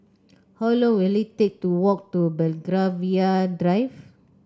how long will it take to walk to Belgravia Drive